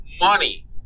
money